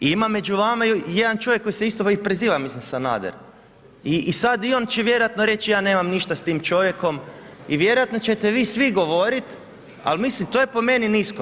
I ima među vama jedan čovjek koji se isto i preziva, mislim Sanader i sad i on će vjerojatno reći, ja nemam ništa s tim čovjekom i vjerojatno ćete vi svi govoriti, ali mislim to je po meni, nisko.